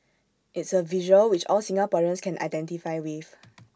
it's A visual which all Singaporeans can identify with